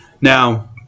Now